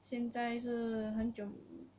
现在是很久